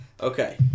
Okay